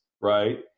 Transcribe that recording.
Right